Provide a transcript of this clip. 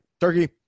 turkey